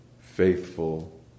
faithful